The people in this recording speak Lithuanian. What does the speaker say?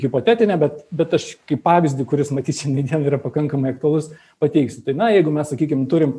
hipotetinė bet bet aš kaip pavyzdį kuris matyt šiandien yra pakankamai aktualus pateiksiu tai na jeigu mes sakykim turim